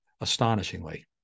astonishingly